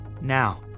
Now